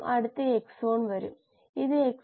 കുറച്ചു പ്രശ്നങ്ങളും പരിഹരിച്ചു